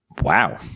wow